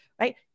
Right